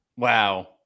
Wow